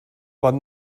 van